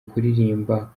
kuririmba